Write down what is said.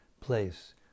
place